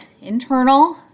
internal